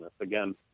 Again